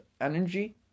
energy